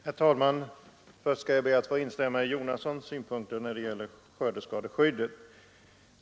Herr talman! Först skall jag be att få instämma i herr Jonassons synpunkter beträffande skördeskadeskyddet.